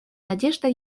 надежда